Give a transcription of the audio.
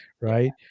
right